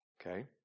okay